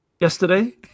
yesterday